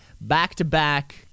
back-to-back